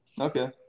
Okay